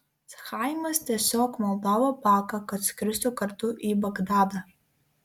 chaimas tiesiog maldavo baką kad skristų kartu į bagdadą